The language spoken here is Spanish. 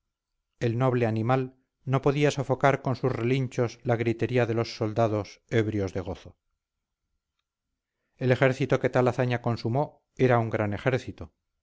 el noble animal no podía sofocar con sus relinchos la gritería de los soldados ebrios de gozo el ejército que tal hazaña consumó era un gran ejército